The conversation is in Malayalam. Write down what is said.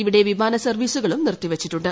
ഇവിടെ വിമാനസർവ്വീസുകളും നിർത്തിവച്ചിട്ടുണ്ട്